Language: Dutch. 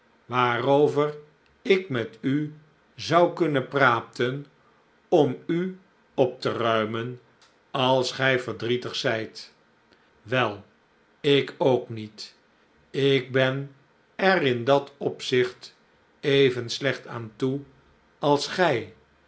waarover ik met u zou kunnen praten om u op te ruimen als gij verdrietig zijt wei ik ook niet ik ben er in dat opzicht even slecht aan toe als gij